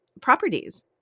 properties